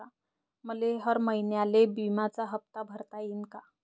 मले हर महिन्याले बिम्याचा हप्ता भरता येईन का?